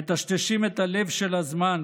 מטשטשים את הלב של הזמן,